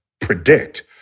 predict